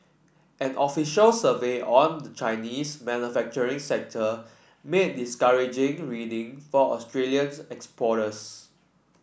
an official survey on the Chinese manufacturing sector made discouraging reading for Australians exporters